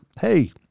Hey